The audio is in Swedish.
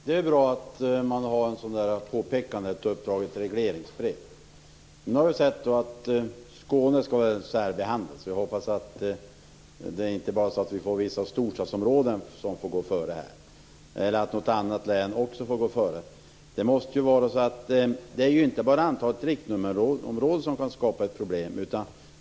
Herr talman! Det är bra att det blir ett uppdrag i form av ett regleringsbrev. Nu har vi sett att Skåne skall särbehandlas. Jag hoppas att det inte bara är vissa storstadsområden eller län som skall gå före. Det är inte bara antalet riktnummerområden som kan skapa problem.